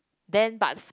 then but